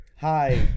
Hi